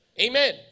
Amen